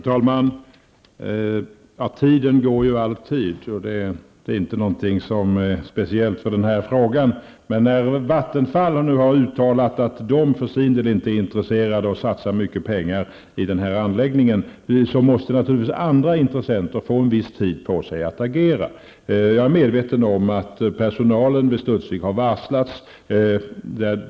Herr talman! Tiden går ju alltid, det är inte någonting som är speciellt för den här frågan. När Vattenfall nu har uttalat att de för sin del inte är intresserade av att satsa mycket pengar i den här anläggningen måste naturligtvis andra intressenter få en viss tid på sig att agera. Jag är medveten om att personalen vid Studsvik har varslats.